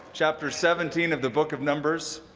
chapter seventeen of the book of numbers.